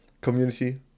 community